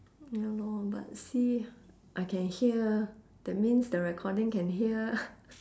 ya lor but see I can hear that means the recording can hear